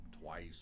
twice